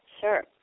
Sure